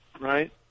right